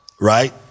Right